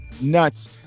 nuts